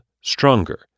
stronger